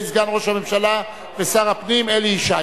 סגן ראש הממשלה ושר הפנים אלי ישי.